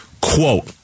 Quote